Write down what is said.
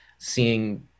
Seeing